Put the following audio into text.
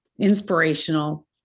inspirational